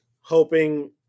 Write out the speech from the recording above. hoping